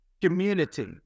community